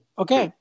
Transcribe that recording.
okay